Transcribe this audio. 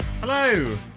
Hello